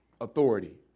authority